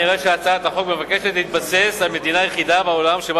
נראה שהצעת החוק מבקשת להתבסס על מדינה יחידה בעולם שבה